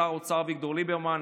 שר האוצר אביגדור ליברמן,